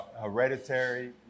hereditary